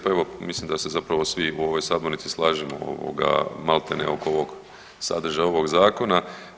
Pa evo mislim da se zapravo svi u ovoj sabornici slažemo maltene oko ovog sadržaja ovog zakona.